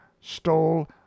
stole